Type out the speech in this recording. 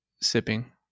sipping